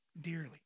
dearly